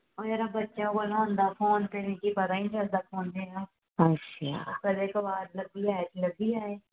अच्छा